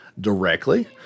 directly